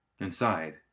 Inside